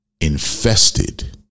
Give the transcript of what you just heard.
infested